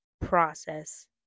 process